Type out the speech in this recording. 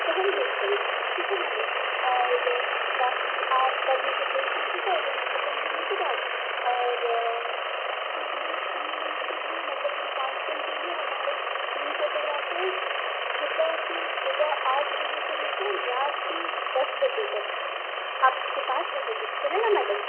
तो हम भेज पाएंगे ठीक है मैडम और बाकी तब आप मुझे भेज दीजिएगा इवेंट खत्म होने के बाद और बाकी पूरे तीन दिन के लिए मतलब पूरे पाँच दिन के लिए हमारे तीन फोटोग्राफर सुबह से सुबह आठ बजे से लेकर रात के दस बजे तक आपके पास रहेंगे चलेगा मैडम